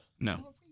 No